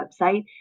website